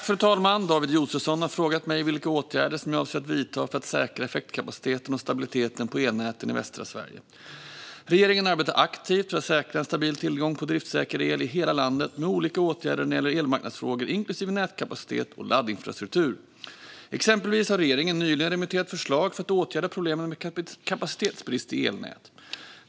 Fru talman! David Josefsson har frågat mig vilka åtgärder som jag avser att vidta för att säkra effektkapaciteten och stabiliteten på elnäten i västra Sverige. Regeringen arbetar aktivt för att säkra en stabil tillgång på driftssäker el i hela landet med olika åtgärder när det gäller elmarknadsfrågor, inklusive nätkapacitet och laddinfrastruktur. Exempelvis har regeringen nyligen remitterat förslag för att åtgärda problem med kapacitetsbrist i elnät.